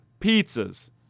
pizzas